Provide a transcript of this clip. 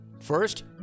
first